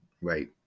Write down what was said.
right